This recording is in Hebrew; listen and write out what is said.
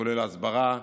כולל הסברה,